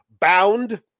bound